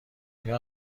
آیا